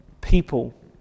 people